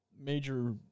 major